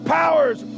powers